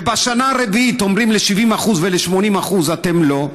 ובשנה הרביעית יאמרו ל-70% ול-80%: אתם לא.